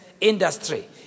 industry